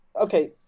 okay